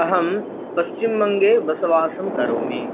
अहं पश्चिमवङ्गे वसवासं करोमि